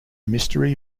mystery